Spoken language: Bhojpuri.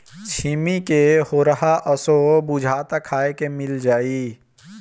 छिम्मी के होरहा असो बुझाता खाए के मिल जाई